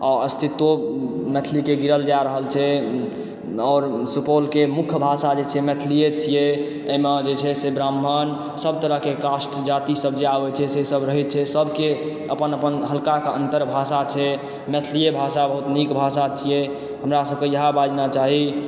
आ अस्तित्वो मैथिलीके गिरल जा रहल छै आओर सुपौल के मुख्य भाषा जे छियै मैथिलिये छियै एहिमे जे छै से ब्राह्मण सभ तरह के कास्ट जाति सभ जे आबै छै से सभ रहै छै सबके अपन अपन हल्काके अन्तर भाषा छै मैथिलिये भाषा बहुत नीक भाषा छियै हमरा सभके इएह बाजना चाही